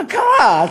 מה קרה?